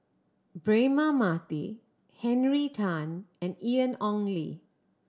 Braema Mathi Henry Tan and Ian Ong Li